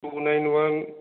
two nine one